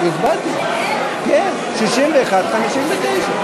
כן, אדוני.